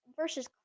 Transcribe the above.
versus